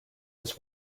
his